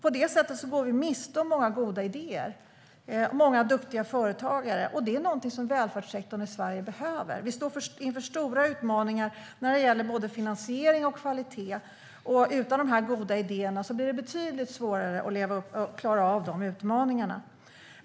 På det sättet går vi miste om många goda idéer och många duktiga företagare, vilket är någonting som välfärdssektorn i Sverige behöver. Vi står inför stora utmaningar när det gäller både finansiering och kvalitet. Utan de här goda idéerna blir det betydligt svårare att klara av dessa utmaningar.